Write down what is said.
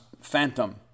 Phantom